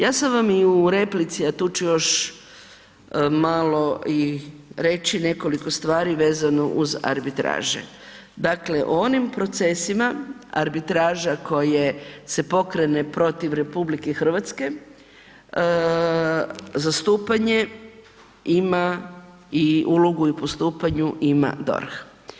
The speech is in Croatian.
Ja sam vam i u replici, a tu ću još malo i reći nekoliko stvari vezano uz arbitraže, dakle o onim procesima arbitraža koje se pokrene protiv RH zastupanje ima i ulogu i u postupanju ima DORH.